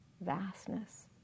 vastness